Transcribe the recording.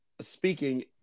speaking